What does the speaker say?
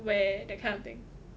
where that kind of thing